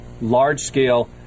large-scale